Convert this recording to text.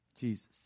Jesus